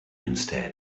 instead